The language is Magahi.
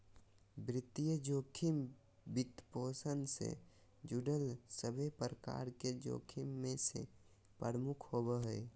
वित्तीय जोखिम, वित्तपोषण से जुड़ल सभे प्रकार के जोखिम मे से प्रमुख होवो हय